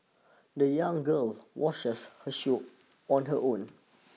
the young girl washed her shoes on her own